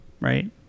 right